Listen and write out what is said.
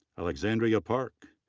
alexandria park,